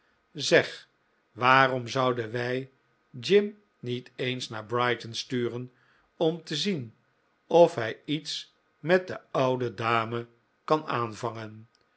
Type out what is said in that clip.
zeg waarom zouden wij jim niet eens naar brighton sturen om te zien of hij iets met de oude dame kan aanvangen